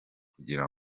kugira